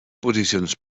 posicions